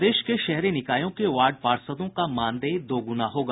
प्रदेश के शहरी निकायों के वार्ड पार्षदों का मानदेय दोगुना होगा